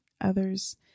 others